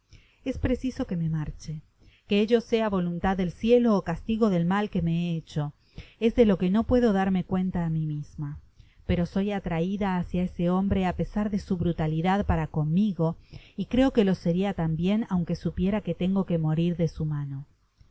es preciso que me marche que ello sea voluntad del cielo ó castigo del mal que he hecho es de lo que no puedo darme cuenta á mi misma pero soy atraida hacia ese hombre á pesar de su brutalidad para conmigo y creo que lo seria tambien aunque supiera que tengo que morir de su mano